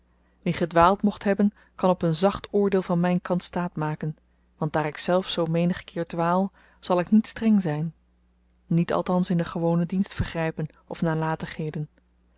wie gedwaald mocht hebben kan op een zacht oordeel van myn kant staat maken want daar ik zelf zo menig keer dwaal zal ik niet streng zyn niet althans in de gewone dienstvergrypen of nalatigheden